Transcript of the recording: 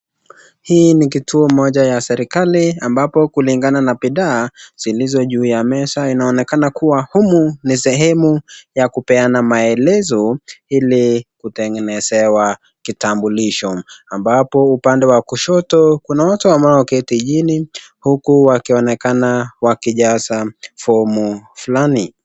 Hii ni kituo moja ya serikali ambapo kulingana na bidhaa zilizo juu ya meza inaonekana humu ni sehemu ya kuepeana maelezo ili kutengenezewa kitambulisho, ambapo upande wa kushoto kuna watu ambao wameketi chini huku wakionekana wakijaza fomu fulani.